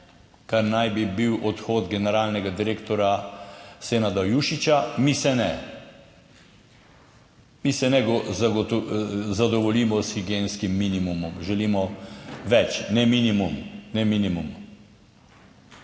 kar naj bi bil odhod generalnega direktorja Senada Jušića, mi se ne. Mi se ne zadovoljimo s higienskim minimumom, želimo več ne minimum, ne minimum.